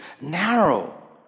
Narrow